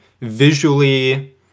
visually